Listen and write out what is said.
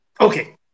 okay